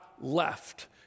left